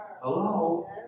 Hello